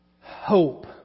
hope